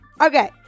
Okay